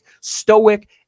stoic